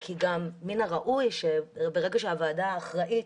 כי גם מן הראוי שברגע שהוועדה אחראית